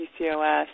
PCOS